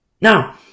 Now